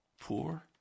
poor